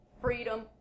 freedom